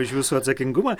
už jūsų atsakingumą